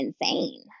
insane